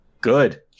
Good